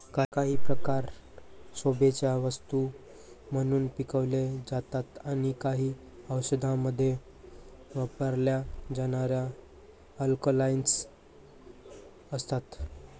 काही प्रकार शोभेच्या वस्तू म्हणून पिकवले जातात आणि काही औषधांमध्ये वापरल्या जाणाऱ्या अल्कलॉइड्स असतात